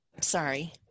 sorry